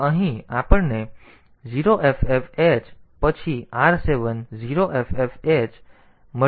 તો અહીં આપણને r6 0ffh પછી r7 0ffh પછી djnz r 7 મળ્યું છે